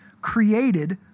created